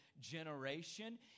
generation